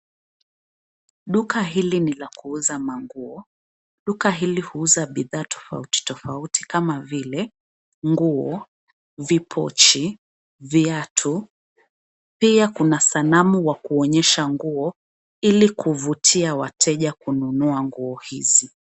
Duka hili ni la kuuza manguo. Duka hili huuza bidhaa tofauti tofauti kama vile nguo, vipochi, viatu. Pia kuna sanamu wa kuonyesha nguo ili kuvutia wateja kununua nguo hizi.